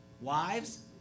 Wives